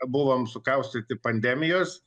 buvom sukaustyti pandemijos